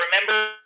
remember